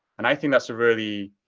and i think that's a really,